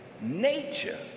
nature